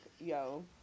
yo